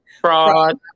Fraud